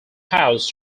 house